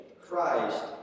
Christ